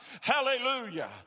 Hallelujah